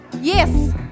Yes